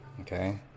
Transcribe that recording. Okay